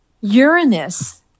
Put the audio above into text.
Uranus